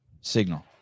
signal